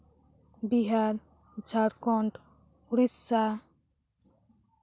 Bihar Jharkhand Odisha